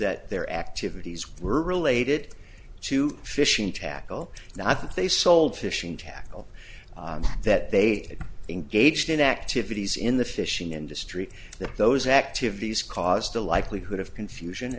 that their activities were related to fishing tackle and i think they sold fishing tackle that they engaged in activities in the fishing industry that those activities cause the likelihood of confusion